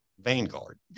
Vanguard